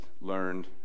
learned